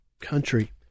Country